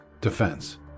defense